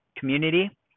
Community